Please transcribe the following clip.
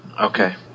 Okay